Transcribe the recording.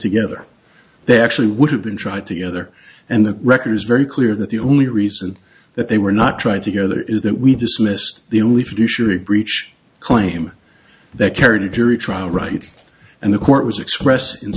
together they actually would have been tried together and the record is very clear that the only reason that they were not trying to hear there is that we dismissed the only fiduciary breach claim that carried a jury trial right and the court was expressed in